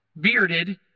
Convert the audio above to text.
bearded